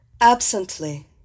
Absently